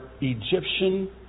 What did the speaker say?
Egyptian